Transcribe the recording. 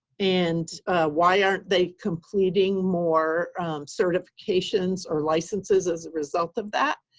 and why aren't they completing more certifications or licenses as a result of that?